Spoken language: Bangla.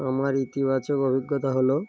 আমার ইতিবাচক অভিজ্ঞতা হলো